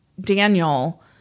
daniel